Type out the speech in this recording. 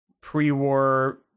pre-war